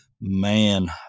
man